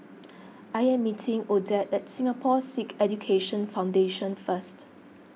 I am meeting Odette at Singapore Sikh Education Foundation First